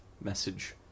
message